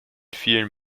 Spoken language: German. vielen